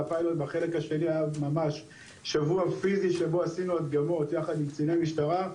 והחלק השני היה ממש שבוע פיזי שבו עשינו הדגמות יחד עם קציני משטרה.